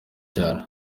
cyane